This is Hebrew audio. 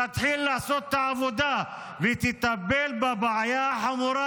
תתחיל לעשות את העבודה ותטפל בבעיה החמורה